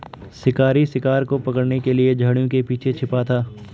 शिकारी शिकार को पकड़ने के लिए झाड़ियों के पीछे छिपा था